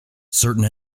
certain